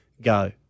go